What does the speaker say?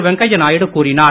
வெங்கைய நாயுடு கூறினார்